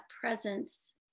presence